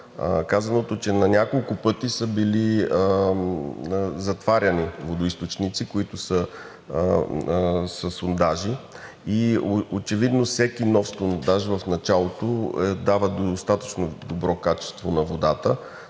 казаното, че на няколко пъти са били затваряни водоизточници, които са със сондажи. Очевидно всеки нов сондаж в началото дава достатъчно добро качество на водата,